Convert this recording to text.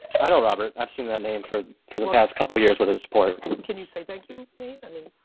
i know robert, i've seen that name for for the past couple of years with a sport. can you say thank you nate, i mean.